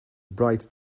bright